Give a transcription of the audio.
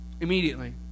immediately